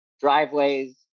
driveways